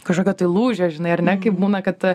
kažkokio tai lūžio žinai ar ne kaip būna kad